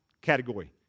category